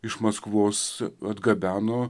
iš maskvos atgabeno